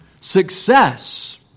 Success